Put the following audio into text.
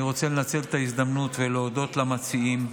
אני רוצה לנצל את ההזדמנות ולהודות למציעים,